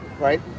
right